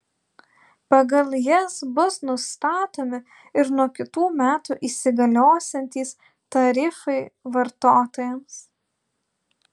pagal jas bus nustatomi ir nuo kitų metų įsigaliosiantys tarifai vartotojams